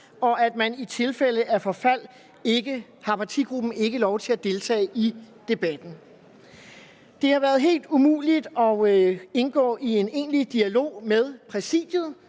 og at partigruppen i tilfælde af forfald ikke har lov til at deltage i debatten. Det har været helt umuligt at indgå i en egentlig dialog med Præsidiet,